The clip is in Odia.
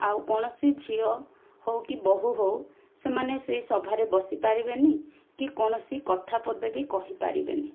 ଆଉ କୌଣସି ଝିଅ ହେଉ କି ବୋହୁ ହେଉ ସେମାନେ ସେଇ ସଭାରେ ବସିପାରିବେନି କି କୌଣସି କଥା ପଦେ ବି କହିପାରିବେନି